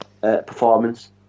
performance